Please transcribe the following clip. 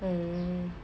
mm